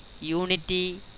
unity